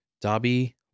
Dobby